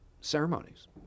ceremonies